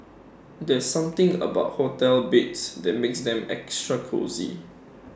there's something about hotel beds that makes them extra cosy